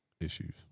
issues